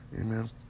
Amen